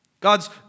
God's